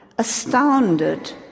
astounded